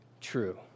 true